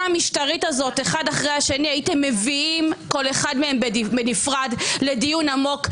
המשטרית הזאת הייתם מביאים כל אחד מהם בנפרד לדיון עמוק.